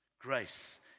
Grace